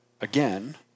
again